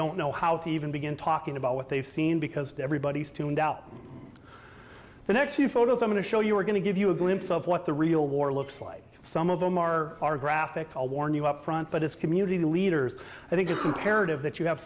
don't know how to even begin talking about what they've seen because everybody's tuned out the next few photos i'm going to show you are going to give you a glimpse of what the real war looks like some of them are our graphic i'll warn you up front but it's community leaders i think it's imperative that you have